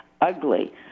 ugly